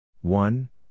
One